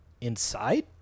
inside